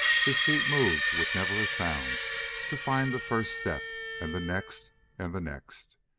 his feet moved with never a sound to find the first step and the next and the next.